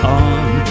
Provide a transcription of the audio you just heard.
on